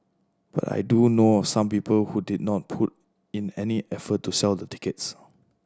but I do know of some people who did not put in any effort to sell the tickets